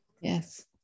Yes